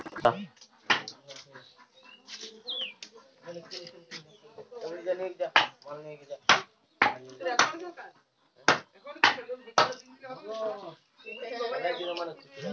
call জিলিসকে লিজে দিয়া মালে হছে সেটকে ইকট লিরদিস্ট সময়ের জ্যনহে ব্যাভার ক্যরা